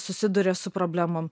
susiduria su problemom